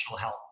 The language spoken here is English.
help